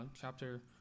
chapter